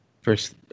first